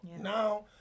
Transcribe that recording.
Now